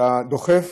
אתה דוחף